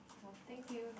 oh thank you